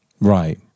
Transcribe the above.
right